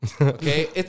Okay